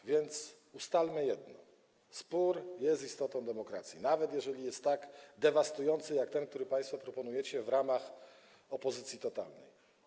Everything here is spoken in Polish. A więc ustalmy jedno - spór jest istotą demokracji, nawet jeżeli jest tak dewastujący jak ten, który państwo proponujecie w ramach opozycji totalnej.